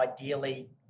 ideally